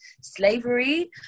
slavery